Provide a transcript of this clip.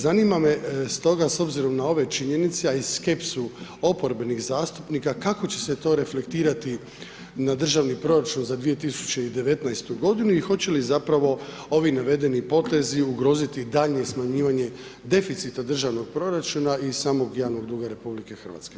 Zanima me stoga, s obzirom na ove činjenice, a i skepsu oporbenih zastupnika, kako će se to reflektirati na državni proračun za 2019.-tu godinu i hoće li zapravo ovi navedeni potezi ugroziti daljnje smanjivanje deficita državnog proračuna i samog javnog duga RH?